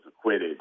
acquitted